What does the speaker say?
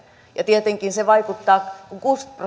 ja tietenkin se vaikuttaa kun kuusikymmentä